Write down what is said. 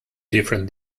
different